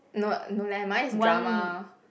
no no leh mine is drama